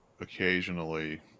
occasionally